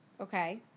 Okay